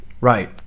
right